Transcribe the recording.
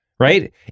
Right